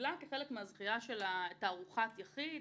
וקיבלה כחלק מהזכייה שלה תערוכת יחיד.